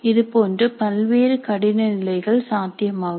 இது போன்று பல்வேறு கடினநிலைகள் சாத்தியமாகும்